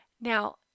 Now